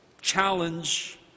challenge